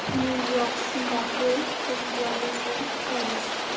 new York Singapore Tokyo Beijing Paris